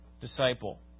disciple